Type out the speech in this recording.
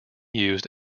used